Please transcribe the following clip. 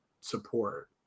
support